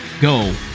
go